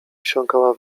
wsiąkała